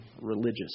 religious